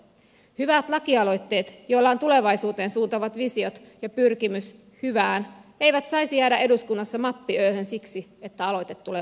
hyvät lakialoitteet joilla on tulevaisuuteen suuntaavat visiot ja pyrkimys hyvään eivät saisi jäädä eduskunnassa mappi öhön siksi että aloite tulee oppositiosta